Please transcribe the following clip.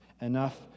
enough